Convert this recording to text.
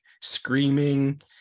screaming